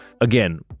again